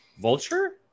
Vulture